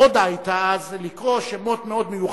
המודה היתה אז לקרוא שמות מאוד מיוחדים: